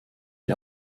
die